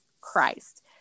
Christ